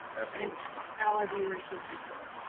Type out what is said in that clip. absolutely. like and all our viewers should be too.